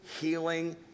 healing